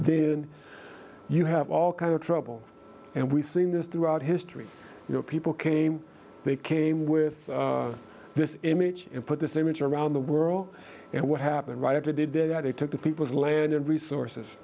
then you have all kinds of trouble and we've seen this throughout history you know people came they came with this image and put this image around the world and what happened right after they did that they took the people's land and resources